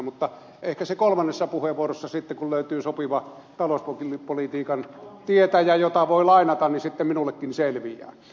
mutta ehkä se kolmannessa puheenvuorossa sitten kun löytyy sopiva talouspolitiikan tietäjä jota voi lainata niin sitten minullekin selviää